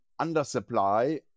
undersupply